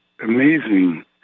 amazing